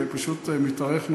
זה פשוט מתארך נורא.